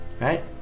right